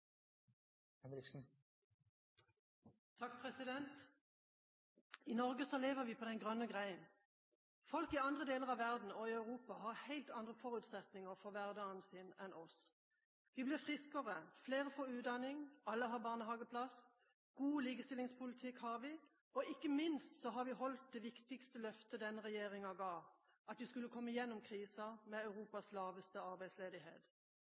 prosessindustri i Noreg i dag. I Norge lever vi på den grønne gren. Folk i andre deler av verden og i Europa har helt andre forutsetninger for hverdagen sin, enn oss. Vi blir friskere, flere får utdanning, alle har barnehageplass, god likestillingspolitikk har vi, og ikke minst har vi holdt det viktigste løftet denne regjeringa ga – at vi skulle komme gjennom krisa med Europas laveste arbeidsledighet.